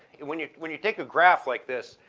when you when you take a graph like this,